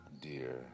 dear